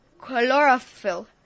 Chlorophyll